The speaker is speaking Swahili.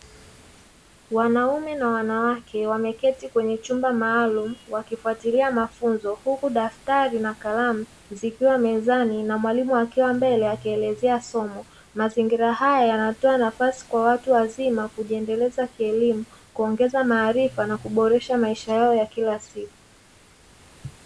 Wanaume na wanawake wameketi kwenye chumba maalumu wakifatilia mafunzo, huku daftari na kalamu zikiwa mezani na mwalimu akiwa mbele akielezea somo. Mazingira haya yanatoa nafasi kwa watu wazima kujiendeleza kielimu, kuongeza maharifa, na kuboresha maisha yao ya kila siku.